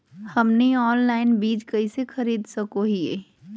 हमनी ऑनलाइन बीज कइसे खरीद सको हीयइ?